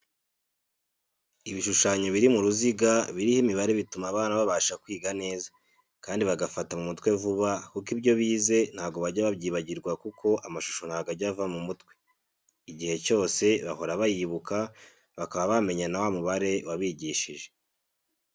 Ibishushanyo biri mu ruziga biriho imibare bituma abana babasha kwiga neza, kandi bagafata mu mutwe vuba kuko ibyo bize ntabwo bajya babyibagirwa kuko amashusho ntabwo ajya abava mu mutwe. Igihe cyose bahora bayibuka bakaba bamenya na wa mubare wabigishije.